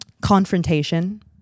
Confrontation